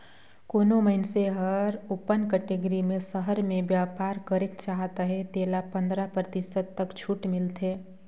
कोनो मइनसे हर ओपन कटेगरी में सहर में बयपार करेक चाहत अहे तेला पंदरा परतिसत तक छूट मिलथे